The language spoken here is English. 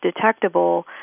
detectable